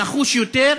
נחוש יותר,